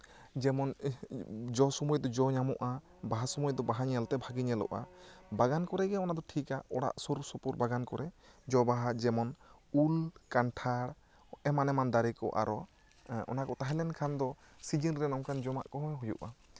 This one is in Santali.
ᱡᱮᱢᱚᱱ ᱡᱚ ᱥᱚᱢᱚᱭ ᱫᱚ ᱡᱚ ᱧᱟᱢᱚᱜᱼᱟ ᱵᱟᱦᱟ ᱥᱚᱢᱚᱭ ᱫᱚ ᱵᱟᱦᱟ ᱧᱮᱞᱛᱮ ᱵᱷᱟᱹᱜᱤ ᱧᱮᱞᱚᱜᱼᱟ ᱵᱟᱜᱟᱱ ᱠᱚᱨᱮᱜᱮ ᱚᱱᱟ ᱫᱚ ᱴᱷᱤᱠᱼᱟ ᱚᱲᱟᱜ ᱥᱩᱨ ᱥᱩᱯᱩᱨ ᱵᱟᱜᱟᱱ ᱠᱚᱨᱮ ᱡᱚ ᱵᱟᱦᱟ ᱡᱮᱢᱚᱱ ᱩᱞ ᱠᱟᱱᱴᱷᱟᱲ ᱮᱢᱟᱱ ᱮᱢᱟᱱ ᱫᱟᱨᱮ ᱠᱚ ᱟᱨᱚ ᱚᱱᱟᱠᱚ ᱛᱟᱦᱮᱸ ᱞᱮᱱᱠᱷᱟᱱ ᱫᱚ ᱥᱤᱡᱤᱱᱨᱮ ᱱᱚᱝᱠᱟᱱ ᱡᱚᱢᱟᱜ ᱠᱚᱦᱚᱸ ᱦᱩᱭᱩᱜᱼᱟ